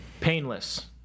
Painless